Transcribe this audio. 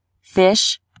fish